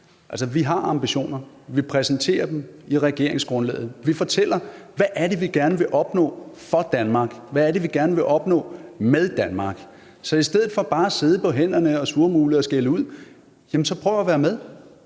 vi har ambitioner. Vi præsenterer dem i regeringsgrundlaget. Vi fortæller, hvad det er, vi gerne vil opnå for Danmark, og hvad det er, vi gerne vil opnå med Danmark. Så i stedet for bare at sidde på hænderne og surmule og skælde ud, jamen så prøv at være med.